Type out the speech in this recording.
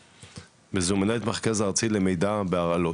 מנהלת המרכז הארצי למידע בהרעלות,